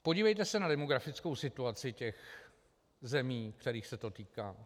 Podívejte se na demografickou situaci těch zemí, kterých se to týká.